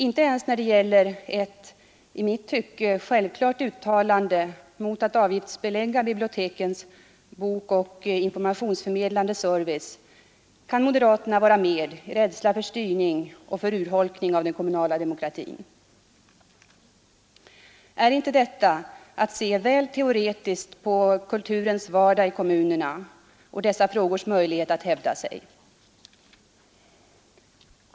Inte ens när det gäller ett i mitt tycke självklart uttalande mot att avgiftsbelägga bibliotekens bokoch informationsförmedlande service kan moderaterna vara med i rädsla för styrning och för urholkning av den kommunala demokratin. Är inte detta att se väl teoretiskt på kulturens vardag i kommunerna och dessa frågors möjlighet att hävda sig?